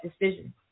decision